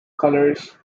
colours